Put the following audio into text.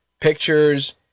pictures